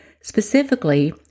Specifically